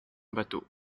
bateau